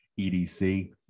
EDC